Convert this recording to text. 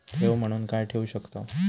ठेव म्हणून काय ठेवू शकताव?